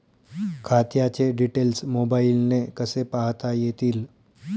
खात्याचे डिटेल्स मोबाईलने कसे पाहता येतील?